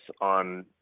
on